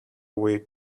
way